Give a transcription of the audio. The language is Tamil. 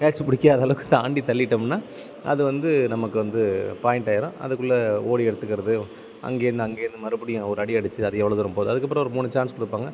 கேட்ச் பிடிக்காத அளவுக்கு தாண்டி தள்ளிட்டோம்னா அது வந்து நமக்கு வந்து பாயிண்ட்டாயிடும் அதுக்குள்ளே ஓடி எடுத்துகிறது அங்கேயிருந்து அங்கேயிருந்து மறுபடியும் ஒரு அடி அடிச்சு அது எவ்வளோ தூரம் போது அதுக்கப்புறோம் ஒரு மூணு சான்ஸ் கொடுப்பாங்க